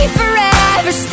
forever